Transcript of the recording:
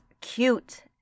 cute